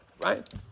right